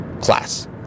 class